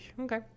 Okay